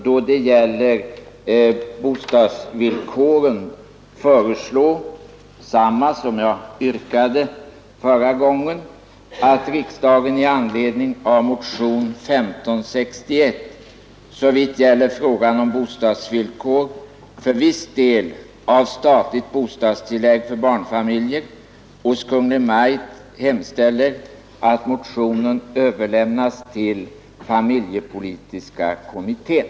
Då det gäller bostadsvillkoren ställer jag samma yrkande som jag framförde förra gången, nämligen att riksdagen i anledning av motionen nr 1561 såvitt gäller frågan om bostadsvillkor för viss del av statligt bostadstillägg för barnfamiljer hos Kungl. Maj:t hemställer att motionen överlämnas till familjepolitiska kommittén.